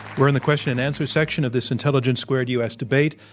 we're in the question and answer section of this intelligence squared u. s. debate.